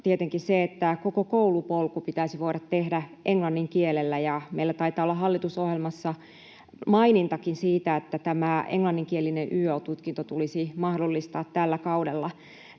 tietenkin se, että koko koulupolku pitäisi voida tehdä englannin kielellä, ja meillä taitaa olla hallitusohjelmassa mainintakin siitä, että tämä englanninkielinen yo-tutkinto tulisi mahdollistaa tällä kaudella.